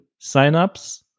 signups